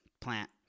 plant